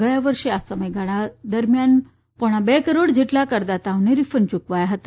ગયા વર્ષે આ સમયગાળા દરમિયાન પોળા બે કરોડ જેટલા કરદાતાઓને રીફંડ યુકવાયા હતા